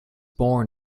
born